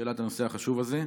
שהעלה את הנושא החשוב הזה.